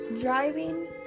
Driving